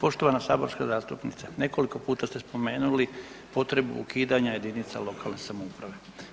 Poštovana saborska zastupnice, nekoliko puta ste spomenuli potrebu ukidanja jedinica lokalne samouprave.